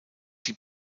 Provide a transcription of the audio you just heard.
die